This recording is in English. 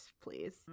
please